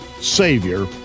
savior